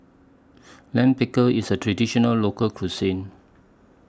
Lime Pickle IS A Traditional Local Cuisine